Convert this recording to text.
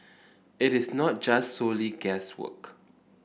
it is not just solely guesswork